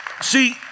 See